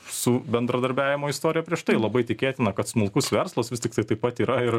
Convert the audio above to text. su bendradarbiavimo istorija prieš tai labai tikėtina kad smulkus verslas vis tiktai taip pat yra ir